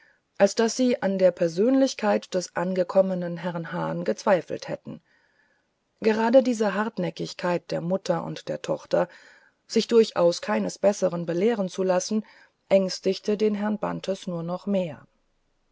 als daß sie an der persönlichkeit des angekommenen herrn hahn gezweifelt hätten gerade diese hartnäckigkeit der mutter und der tochter sich durchaus keines bessern belehren zu lassen ängstigte den herrn bantes nur noch mehr